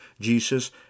Jesus